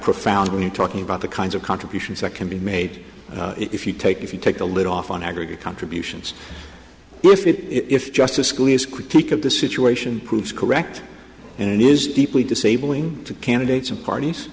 profound when you're talking about the kinds of contributions that can be made if you take if you take the lid off on aggregate contributions if justice scalia's critique of the situation proves correct and it is deeply disabling to candidates and parties